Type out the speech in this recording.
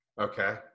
Okay